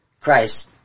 Christ